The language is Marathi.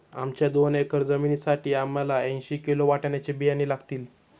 आमच्या दोन एकर जमिनीसाठी आम्हाला ऐंशी किलो वाटाण्याचे बियाणे लागतील